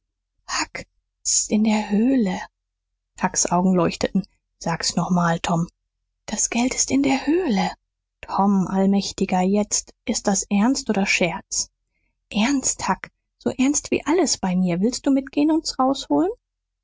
in der höhle hucks augen leuchteten sag's noch mal tom das geld ist in der höhle tom allmächtiger jetzt ist das ernst oder scherz ernst huck so ernst wie alles bei mir willst du mitgehn und s rausholen